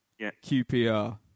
QPR